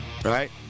Right